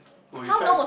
will you try